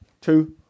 Two